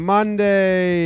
Monday